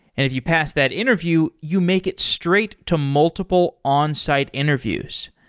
if you pass that interview, you make it straight to multiple onsite interviews.